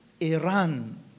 Iran